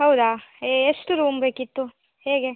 ಹೌದಾ ಎಷ್ಟು ರೂಮ್ ಬೇಕಿತ್ತು ಹೇಗೆ